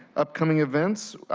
upcoming events.